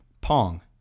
Pong